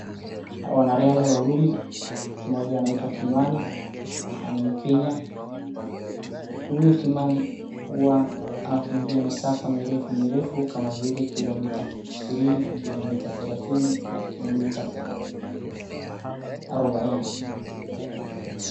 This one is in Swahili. Wanariadha wawili mmoja anaitwa Kimani na ni mkenya. Huyu Kimani huwa anakimbia misafa mirefu mirefu kama vile kilomita ishirini, kilomita thelathini na kilomita arubaini.